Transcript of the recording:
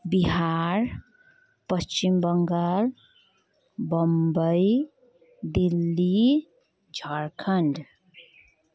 Bihar Paschim Bangal Bambai Delhi Jharkhand